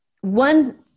one